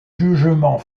jugement